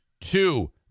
Two